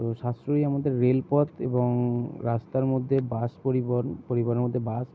তো সাশ্রয়ী আমাদের রেলপথ এবং রাস্তার মধ্যে বাস পরিবহন পরিবহনের মধ্যে বাস